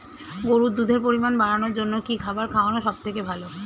গরুর দুধের পরিমাণ বাড়ানোর জন্য কি খাবার খাওয়ানো সবথেকে ভালো?